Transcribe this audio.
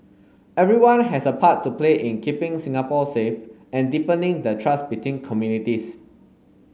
everyone has a part to play in keeping Singapore safe and deepening the trust between communities